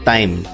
Time